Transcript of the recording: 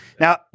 Now